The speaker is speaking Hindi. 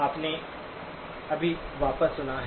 आपने अभी वापस सुना है